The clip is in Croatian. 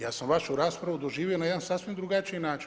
Ja sam vašu raspravu doživio na jedan sasvim drugačiji način.